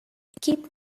keep